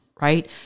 right